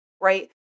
right